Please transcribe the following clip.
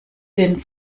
den